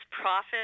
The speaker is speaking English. profit